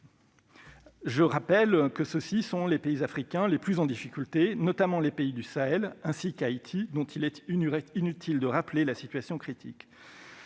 Je rappelle que ceux-ci sont les pays africains les plus en difficulté, notamment les pays du Sahel, ainsi qu'Haïti, dont il est inutile de rappeler la situation critique.